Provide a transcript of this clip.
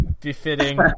befitting